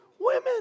women